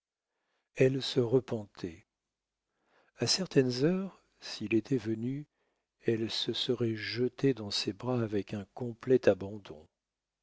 elle se repentait a certaines heures s'il était venu elle se serait jetée dans ses bras avec un complet abandon